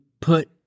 put